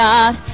God